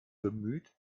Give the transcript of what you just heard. bemüht